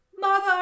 mother